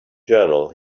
journal